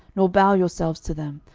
nor bow yourselves to them,